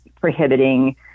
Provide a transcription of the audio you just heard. prohibiting